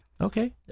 Okay